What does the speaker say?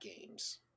games